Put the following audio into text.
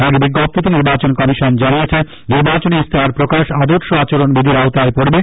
এক বিজ্ঞপ্তিতে নির্বাচন কমিশন জানিয়েছে নির্বাচনী ইস্তেহার প্রকাশ আদর্শ আচরণবিধির আওতায় পড়বে